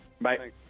Bye